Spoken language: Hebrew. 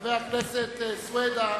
חבר הכנסת סוייד,